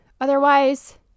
Otherwise